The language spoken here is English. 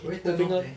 我会 turn off leh